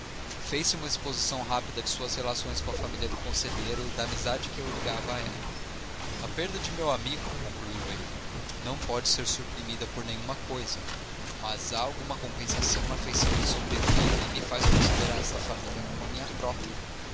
fez uma exposição rápida de suas relações com a família do conselheiro da amizade que o ligava a ela a perda do meu finado amigo concluiu ele não pôde ser suprida por nenhuma coisa mas há alguma compensação na afeição que sobrevive e me faz considerar esta família como minha própria